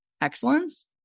excellence